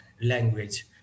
language